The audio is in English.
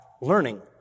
learning